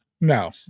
no